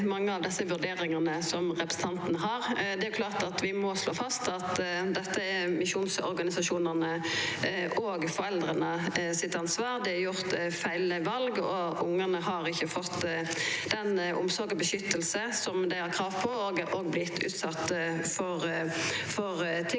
Det er klart vi må slå fast at dette er misjonsorganisasjonane og foreldra sitt ansvar. Det er gjort feil val. Ungane har ikkje fått den omsorg og beskyttelse som dei har krav på, og dei har vorte